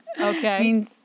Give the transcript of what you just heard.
Okay